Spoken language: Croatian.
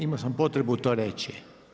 Imao sam potrebu to reći.